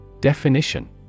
Definition